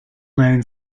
known